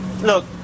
Look